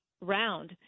round